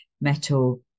metal